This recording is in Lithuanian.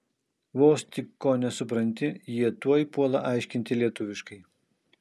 vos tik ko nesupranti jie tuoj puola aiškinti lietuviškai